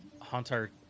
hunter